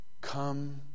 Come